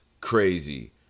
crazy